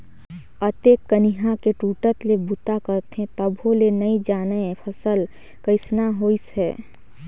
अतेक कनिहा के टूटट ले बूता करथे तभो ले नइ जानय फसल कइसना होइस है